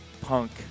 punk